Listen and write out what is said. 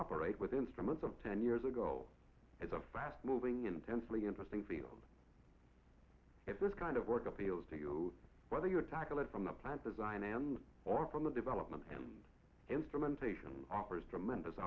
operate with instruments of ten years ago it's a fast moving intensely interesting field if this kind of work appeals to you whether you're tackling from the plant design and or from the development and instrumentation offers tremendous